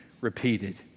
repeated